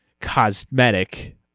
cosmetic